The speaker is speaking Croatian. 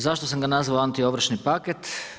Zašto sam ga nazvao antiovršni paket?